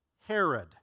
Herod